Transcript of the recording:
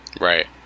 right